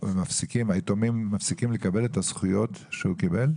היתומים מפסיקים לקבל את הזכויות שהוא קיבל?